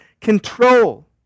control